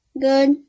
Good